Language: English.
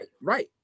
right